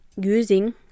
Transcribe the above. using